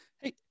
Hey